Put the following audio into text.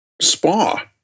spa